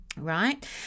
right